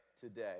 today